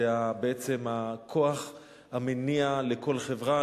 זה בעצם הכוח המניע לכל חברה.